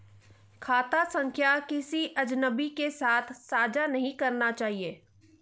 खाता संख्या किसी अजनबी के साथ साझा नहीं करनी चाहिए